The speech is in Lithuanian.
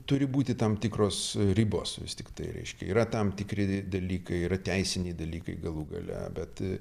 turi būti tam tikros ribos vis tiktai reiškia yra tam tikri dalykai yra teisiniai dalykai galų gale bet